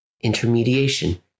intermediation